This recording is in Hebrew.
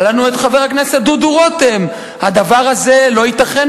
היה לנו חבר הכנסת דודו רותם: הדבר הזה לא ייתכן,